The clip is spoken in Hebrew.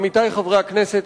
עמיתי חברי הכנסת,